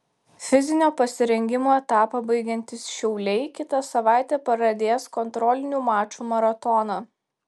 fizinio pasirengimo etapą baigiantys šiauliai kitą savaitę pradės kontrolinių mačų maratoną